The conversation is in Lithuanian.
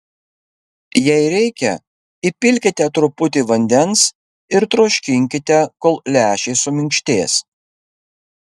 jei reikia įpilkite truputį vandens ir troškinkite kol lęšiai suminkštės